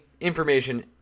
information